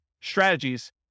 strategies